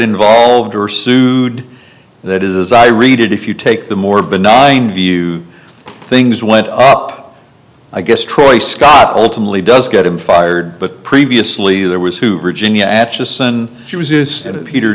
involved or sued that is as i read it if you take the more benign view things went up i guess troy scott ultimately does get him fired but previously there was who virginia at just send she was is peter